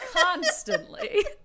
constantly